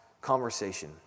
conversation